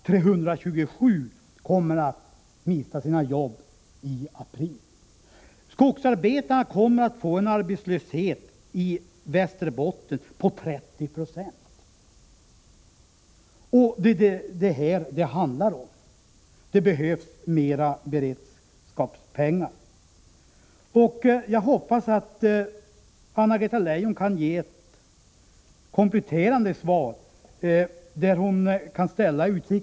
327 personer kommer att förlora sina arbeten i april. Skogsarbetarna i Västerbotten kommer att drabbas av en arbetslöshet på 30 §. Det är det här som det handlar om. Det behövs ytterligare medel för beredskapsarbeten. Jag hoppas att Anna-Greta Leijon i ett kompletterande svar kan ställa sådana i utsikt.